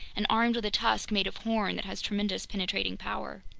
and armed with a tusk made of horn that has tremendous penetrating power.